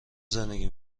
زندگی